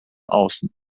außen